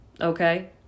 okay